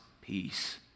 peace